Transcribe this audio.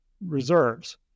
reserves